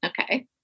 Okay